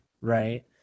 right